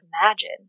imagine